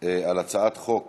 על הצעת חוק